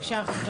אופיר, בבקשה.